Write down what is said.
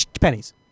pennies